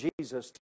Jesus